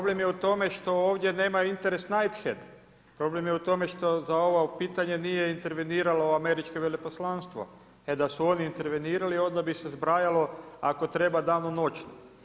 Problem je u tome što ovdje nama interes Knighthead, problem je u tome što za ovo pitanje nije interveniralo Američko veleposlanstvo, jel da su oni intervenirali onda bi se zbrajalo ako treba danonoćno.